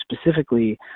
Specifically